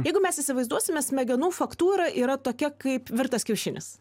jeigu mes įsivaizduosime smegenų faktūra yra tokia kaip virtas kiaušinis